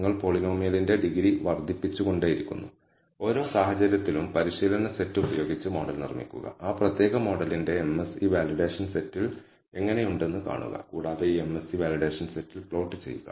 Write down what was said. നിങ്ങൾ പോളിനോമിയലിന്റെ ഡിഗ്രി വർധിപ്പിച്ചുകൊണ്ടേയിരിക്കുന്നു ഓരോ സാഹചര്യത്തിലും പരിശീലന സെറ്റ് ഉപയോഗിച്ച് മോഡൽ നിർമ്മിക്കുക ആ പ്രത്യേക മോഡലിന്റെ MSE വാലിഡേഷൻ സെറ്റിൽ എങ്ങനെയുണ്ടെന്ന് കാണുക കൂടാതെ ഈ MSE വാലിഡേഷൻ സെറ്റിൽ പ്ലോട്ട് ചെയ്യുക